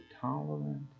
tolerant